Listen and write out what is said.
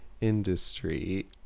industry